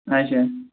اچھا